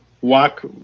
walk